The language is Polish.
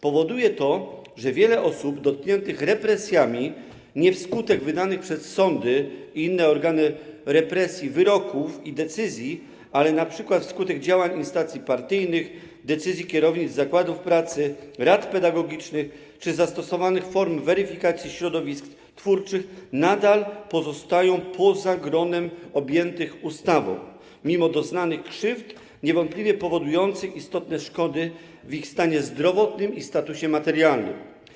Powoduje to, że wiele osób dotkniętych represjami nie wskutek wydanych przez sądy i inne organy represji wyroków i decyzji, ale np. wskutek działań instancji partyjnych, decyzji kierownictw zakładów pracy, rad pedagogicznych czy zastosowanych form weryfikacji środowisk twórczych, nadal pozostaje poza gronem objętych ustawą, mimo doznanych krzywd niewątpliwie powodujących istotne szkody w ich stanie zdrowotnym i statusie materialnym.